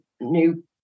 new